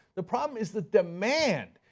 the problem is the demand.